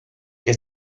que